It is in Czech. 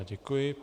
Děkuji.